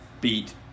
Beat